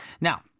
now